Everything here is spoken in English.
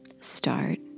start